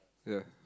ya